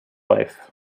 life